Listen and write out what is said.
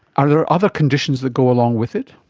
are there other conditions that go along with it?